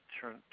turn